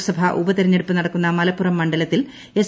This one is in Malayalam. ലോക്സഭാ ഉപതെരഞ്ഞെടുപ്പ് നടക്കുന്ന മലപ്പുറം മണ്ഡലത്തിൽ എസ്